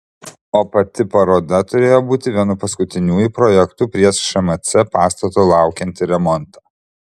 o pati paroda turėjo būti vienu paskutiniųjų projektų prieš šmc pastato laukiantį remontą